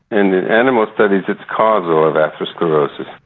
in the animal studies it's causal of atherosclerosis.